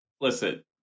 Listen